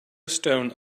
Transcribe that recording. stone